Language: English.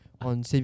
on